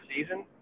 season